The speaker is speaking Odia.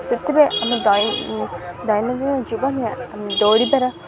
ସେଥିପାଇଁ ଆମ ଦୈନନ୍ଦିନ ଜୀବନରେ ଆମେ ଦୌଡ଼ିବାର